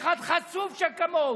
חתיכת חצוף שכמוהו.